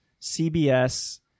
CBS